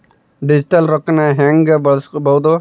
Digital ರೊಕ್ಕನ ಹ್ಯೆಂಗ ಬಳಸ್ಕೊಬೊದು?